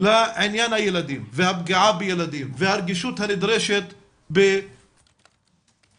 לעניין הילדים והפגיעה בילדים והרגישות הנדרשת בפרקטיקה